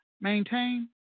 maintain